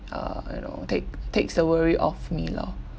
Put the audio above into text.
uh you know take takes the worry off me lor